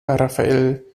rafael